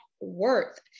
worth